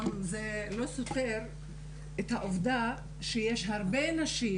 זה גם לא סותר את העובדה שיש הרבה נשים